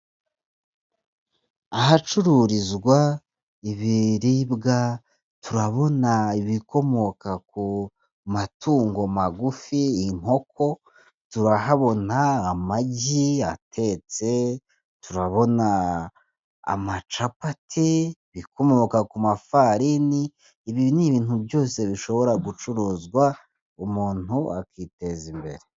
Ahacururizwa ibiribwa turabona ibikomoka ku matungo magufi inkoko. Turahabona amagi atetse, turabona amacapati, ibikomoka ku mafarini. Ibi ni ibintu byose bishobora gucuruzwa umuntu akiteza imbere.